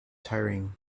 tiring